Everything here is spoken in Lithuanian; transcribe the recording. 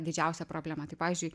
didžiausia problema tai pavyzdžiui